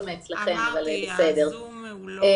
אני